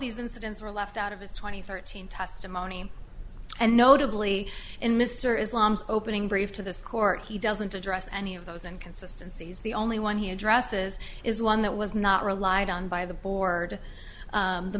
these incidents were left out of his twenty thirteen testimony and notably in mr islams opening brief to this court he doesn't address any of those and consistency is the only one he addresses is one that was not relied on by the board